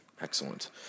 Excellent